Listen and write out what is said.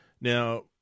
Now